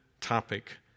topic